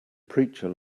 preacher